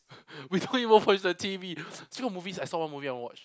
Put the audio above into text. we don't even watch the T_V still got movies I saw one movie I want to watch